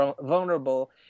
vulnerable